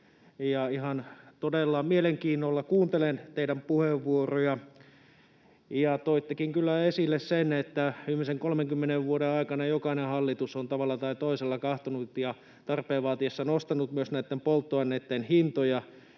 ja todella ihan mielenkiinnolla kuuntelen teidän puheenvuorojanne. Ja toittekin kyllä esille sen, että viimeisen 30 vuoden aikana jokainen hallitus on tavalla tai toisella katsonut ja tarpeen vaatiessa nostanut myös näitten polttoaineitten hintoja.